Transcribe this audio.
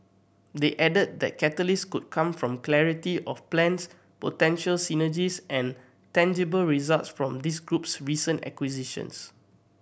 they added that catalysts could come from clarity of plans potential synergies and tangible results from this group's recent acquisitions